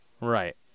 Right